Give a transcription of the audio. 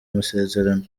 amasezerano